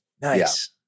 Nice